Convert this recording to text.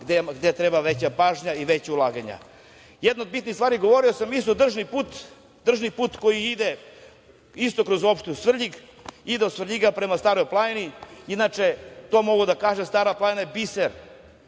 gde treba veća pažnja i veća ulaganja. Jedna od bitnih stvari, govorio sam državni put koji ide isto kroz opštinu Svrljig, ide od Svrljiga prema Staroj planini. Inače, mogu da kažem, Stara planina je biser.